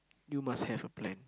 you must have a plan